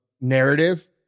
narrative